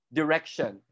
direction